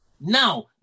Now